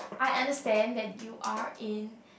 I understand that you are in